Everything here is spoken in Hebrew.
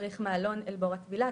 צריך מעלון אל בור הטבילה,